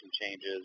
changes